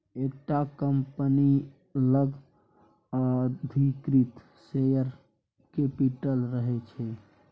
एकटा कंपनी लग अधिकृत शेयर कैपिटल रहय छै